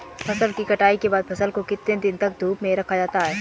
फसल कटाई के बाद फ़सल को कितने दिन तक धूप में रखा जाता है?